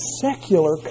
secular